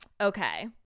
okay